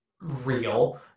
real